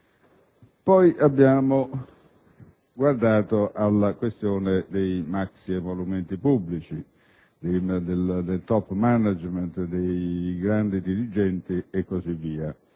Infine, la terza: la questione dei maxiemolumenti pubblici, del *top management*, dei grandi dirigenti e così via.